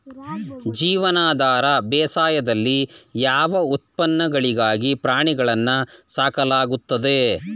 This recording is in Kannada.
ಜೀವನಾಧಾರ ಬೇಸಾಯದಲ್ಲಿ ಯಾವ ಉತ್ಪನ್ನಗಳಿಗಾಗಿ ಪ್ರಾಣಿಗಳನ್ನು ಸಾಕಲಾಗುತ್ತದೆ?